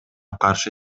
каршы